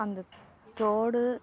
அந்த தோடு